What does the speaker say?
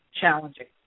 challenging